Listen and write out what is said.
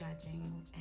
judging